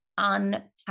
unpack